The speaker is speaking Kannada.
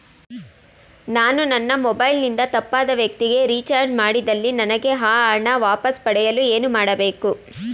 ನಾನು ನನ್ನ ಮೊಬೈಲ್ ಇಂದ ತಪ್ಪಾದ ವ್ಯಕ್ತಿಗೆ ರಿಚಾರ್ಜ್ ಮಾಡಿದಲ್ಲಿ ನನಗೆ ಆ ಹಣ ವಾಪಸ್ ಪಡೆಯಲು ಏನು ಮಾಡಬೇಕು?